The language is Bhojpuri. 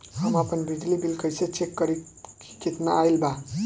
हम आपन बिजली बिल कइसे चेक करि की केतना आइल बा?